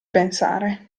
pensare